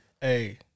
Hey